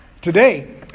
today